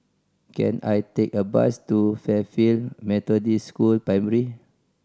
can I take a bus to Fairfield Methodist School Primary